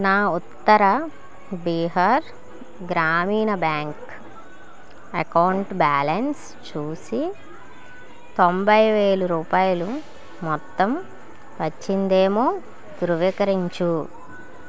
నా Uttar Bihar Gramin bank account balance చూసి తొంబై వేలు రూపాయలు మొత్తం వచ్చిందేమో ధృవీకరించు